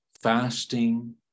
fasting